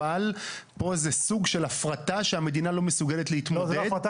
אבל פה זה סוג של הפרטה כי המדינה לא מסוגלת להתמודד.